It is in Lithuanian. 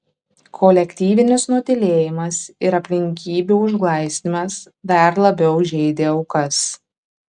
kolektyvinis nutylėjimas ir aplinkybių užglaistymas dar labiau žeidė aukas